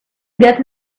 get